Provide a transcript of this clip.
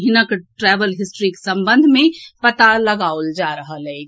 हिनक ट्रैवल हिस्ट्रीक संबंध मे पता लगाओल जा रहल अछि